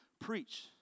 preach